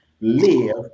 live